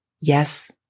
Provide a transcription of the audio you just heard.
Yes